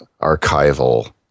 archival